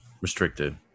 restricted